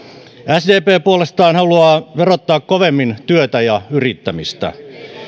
sdp puolestaan haluaa verottaa kovemmin työtä ja yrittämistä